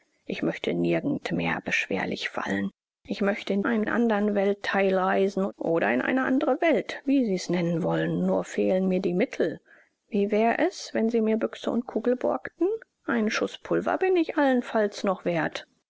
ich möchte nirgend mehr beschwerlich fallen ich möchte in einen andern welttheil reisen oder in eine andere welt wie sie's nennen wollen nur fehlen mir die mittel wie wär es wenn sie mir büchse und kugel borgten einen schuß pulver bin ich allenfalls noch werth